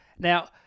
Now